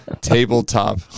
Tabletop